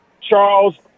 Charles